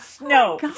no